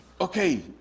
Okay